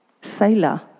sailor